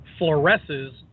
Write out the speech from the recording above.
fluoresces